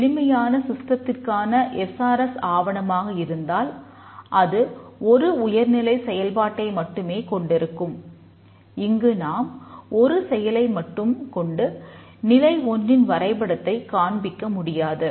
இங்கு நாம் ஒரு செயலை மட்டும் கொண்டு நிலை 1 ன் வரைபடத்தை காண்பிக்க முடியாது